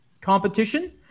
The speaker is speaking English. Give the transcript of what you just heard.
competition